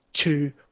Two